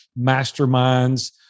masterminds